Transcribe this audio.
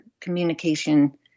communication